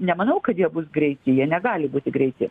nemanau kad jie bus greiti jie negali būti greiti